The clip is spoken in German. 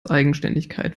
eigenständigkeit